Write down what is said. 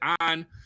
on